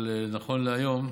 אבל נכון להיום,